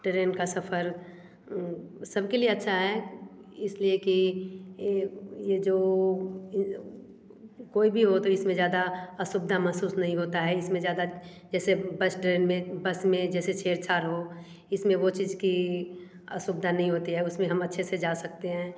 train का सफर सब के लिए अच्छा हैं इसलिए कि ये जो कोई भी हो इसमें ज़्यादा असुविधा महसूस नहीं होता है इसमें ज़्यादा जैसे फर्स्ट ट्रेन में बस में जैसे छेड़छाड़ हो इसमें वो चीज कि असुविधा नहीं होती है उसमें हम अच्छे से जा सकते हैं